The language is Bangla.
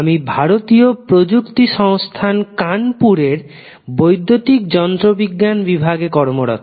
আমি ভারতীয় প্রযুক্তি সংস্থান কানপুর এর বৈদ্যুতিক যন্ত্রবিজ্ঞান বিভাগে কর্মরত